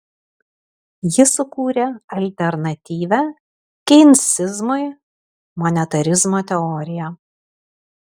jis sukūrė alternatyvią keinsizmui monetarizmo teoriją